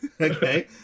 Okay